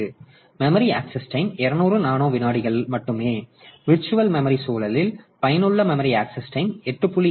எனவே memory access time 200 nano விநாடிகள் மட்டுமே விர்ச்சுவல் மெமரி சூழலில் பயனுள்ள மெமரி ஆக்சஸ் டைம் 8